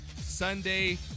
Sunday